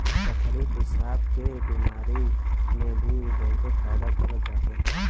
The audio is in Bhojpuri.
पथरी पेसाब के बेमारी में भी इ बहुते फायदा करत बाटे